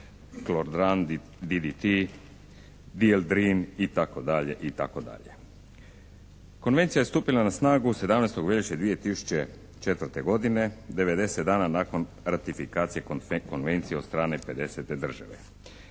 tuordran, DDT, pieldrin itd. Konvencija je stupila na snagu 17. veljače 2004. godine, devedeset dana nakon ratifikacije konvencije od strane pedesete države.